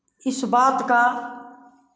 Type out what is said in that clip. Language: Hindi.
इस बात का